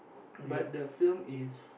but the film is